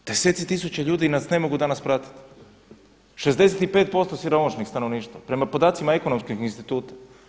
Deseci tisuća ljudi nas ne mogu danas pratiti, 65% siromašnog stanovništva prema podacima Ekonomskog instituta.